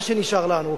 מה שנשאר לנו.